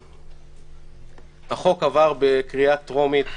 החוק עבר בקריאה טרומית,